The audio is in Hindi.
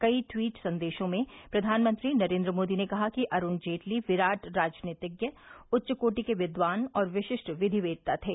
कई ट्वीट संदेशों में प्रचानमंत्री नरेन्द्र मोदी ने कहा कि अरुण जेटली विराट राजनीतिज्ञ उच्च कोटि के विद्वान और विशिष्ट विधिवेत्ता थे